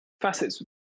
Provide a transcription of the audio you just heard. facets